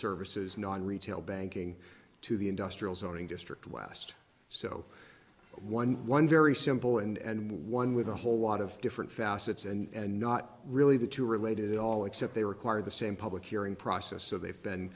services non retail banking to the industrial zoning district west so one one very simple and one with a whole lot of different facets and not really the two are related at all except they require the same public hearing process so they've been